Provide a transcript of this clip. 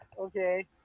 okay